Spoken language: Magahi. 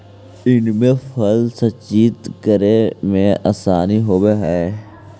इमे फल संचित करे में आसानी होवऽ हई